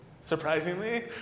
surprisingly